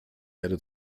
erde